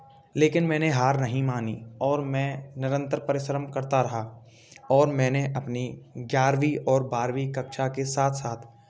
लेकिन मैंने हार नहीं मानी और मैं निरंतर परिश्रम करता रहा और मैंने अपनी ग्यारहवीं और बारहवीं कक्षा के साथ साथ